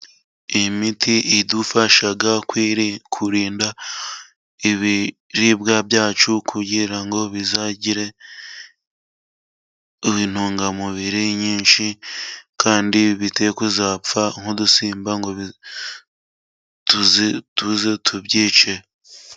Imiti idufasha kurinda ibiribwa byacu kugira ngo bizagire intungamubiri nyinshi, kandi bitekuzapfa nk'udusimba ngo tuze tubyice.